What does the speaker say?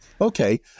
Okay